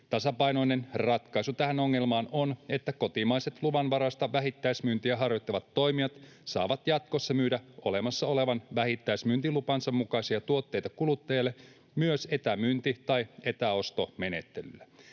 Tasapainoinen ratkaisu tähän ongelmaan on, että kotimaiset luvanvaraista vähittäismyyntiä harjoittavat toimijat saavat jatkossa myydä olemassa olevan vähittäismyyntilupansa mukaisia tuotteita kuluttajille myös etämyynti- tai etäostomenettelyllä.